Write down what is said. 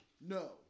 No